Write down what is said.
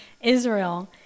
Israel